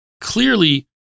clearly